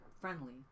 friendly